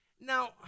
Now